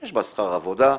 יש בה שכר עבודה,